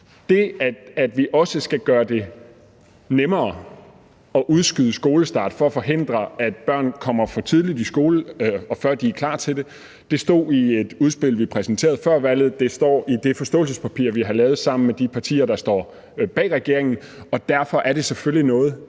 det, at vi skal gøre det nemmere at udskyde skolestarten for at forhindre, at børn kommer for tidligt i skole, og før de er klar til det, stod i det udspil, vi præsenterede før valget. Det står også i det forståelsespapir, vi har lavet sammen med de partier, der står bag regeringen, og derfor er det selvfølgelig noget,